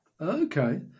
Okay